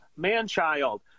Manchild